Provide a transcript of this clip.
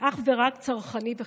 אך ורק צרכני וחברתי.